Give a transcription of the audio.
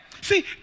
See